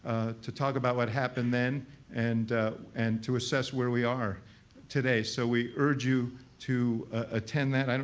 to talk about what happened then and and to assess where we are today. so we urge you to attend that.